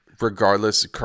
Regardless